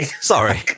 Sorry